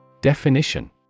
Definition